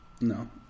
No